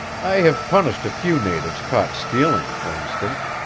i have punished a few natives caught stealing, for instance.